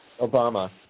Obama